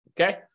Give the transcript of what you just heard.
Okay